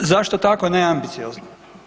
Zašto tako neambiciozno?